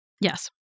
Yes